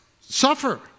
suffer